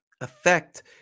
affect